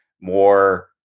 more